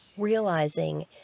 Realizing